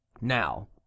now